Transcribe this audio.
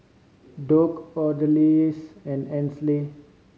Dock Odalis and Ainsley